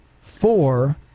four